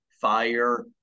fire